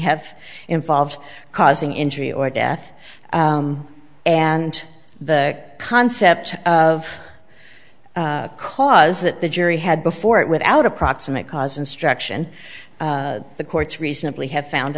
have involved causing injury or death and the concept of cause that the jury had before it without a proximate cause instruction the courts reasonably have found